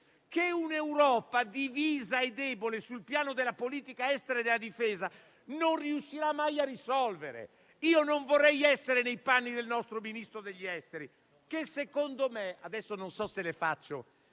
che un'Europa divisa e debole sul piano della politica estera e della difesa non riuscirà mai a risolverlo. Non vorrei essere nei panni del nostro Ministro degli affari esteri e della cooperazione